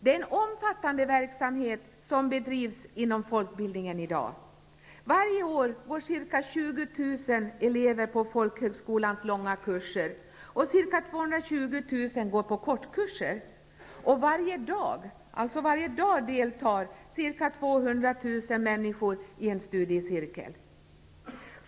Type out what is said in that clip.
Det är en omfattande verksamhet som bedrivs inom folkbildningen i dag. Varje år går ca 20 000 220 000 går på kortkurser. Varje dag deltar ca 200 000 människor i en studiecirkel.